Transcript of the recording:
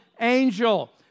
angel